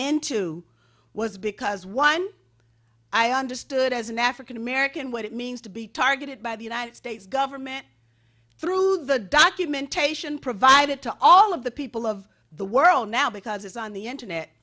into was because one i understood as an african american what it means to be targeted by the united states government through the documentation provided to all of the people of the world now because it's on the internet